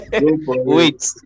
Wait